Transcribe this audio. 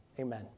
amen